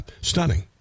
stunning